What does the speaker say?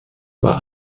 war